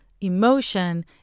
emotion